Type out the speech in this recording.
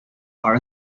are